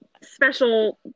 Special